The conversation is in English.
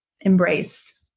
embrace